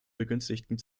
begünstigten